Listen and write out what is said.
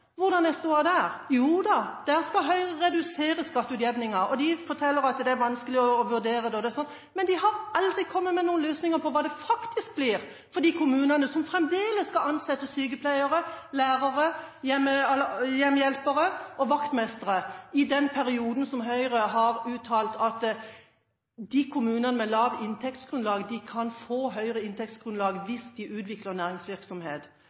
Hvordan er stoda der? Joda, der skal Høyre redusere skatteutjevningen, og de forteller at det er vanskelig å vurdere det. Men de har aldri kommet med noen løsninger på hvordan det faktisk blir for kommunene, som fremdeles skal ansette sykepleiere, lærere, hjemmehjelper og vaktmestre i perioden Høyre har uttalt at kommunene med lavt inntektsgrunnlag kan få høyere inntektsgrunnlag hvis de utvikler næringsvirksomhet.